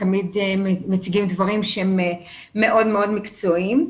תמיד מציגים דברים שהם מאוד-מאוד מקצועיים.